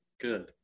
good